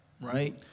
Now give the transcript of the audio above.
right